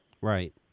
Right